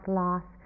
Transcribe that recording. loss